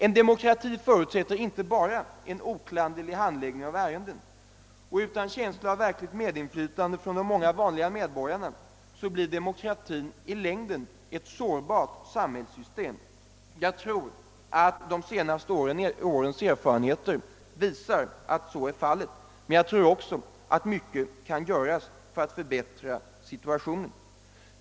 En demokrati förutsätter inte bara en oklanderlig handläggning av ärenden. Utan känsla av verkligt medinflytande hos de många vanliga medborgarna blir den i längden ett sårbart samhällssystem. Jag tror att de senaste årens erfarenheter visar att så är fallet, men jag tror också att mycket kan göras för att förbättra situationen.